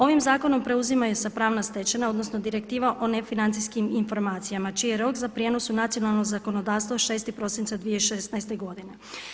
Ovim zakonom preuzima se pravna stečevina odnosno direktiva o nefinancijskim informacijama čiji je rok za prijenos u nacionalno zakonodavstvo 6. prosinca 2016. godine.